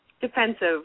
defensive